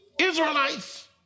Israelites